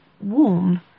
warm